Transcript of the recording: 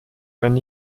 wenn